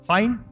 Fine